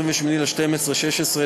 28 בדצמבר 2016,